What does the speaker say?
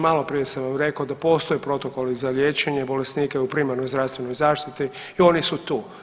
Maloprije sam vam rekao da postoje protokoli za liječenje bolesnika u primarnoj zdravstvenoj zaštiti i oni su tu.